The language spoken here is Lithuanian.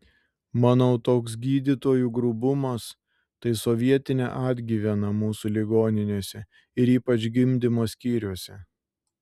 manau toks gydytojų grubumas tai sovietinė atgyvena mūsų ligoninėse ir ypač gimdymo skyriuose